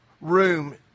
room